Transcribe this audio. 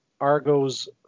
Argo's